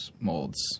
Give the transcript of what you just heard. molds